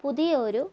പുതിയ ഒരു